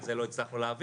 את זה לא הצלחנו להעביר,